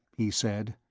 he said,